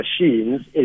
machines